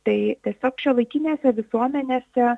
tai tiesiog šiuolaikinėse visuomenėse